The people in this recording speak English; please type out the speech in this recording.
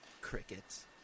crickets